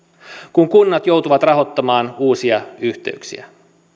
kun kunnat joutuvat rahoittamaan uusia yhteyksiä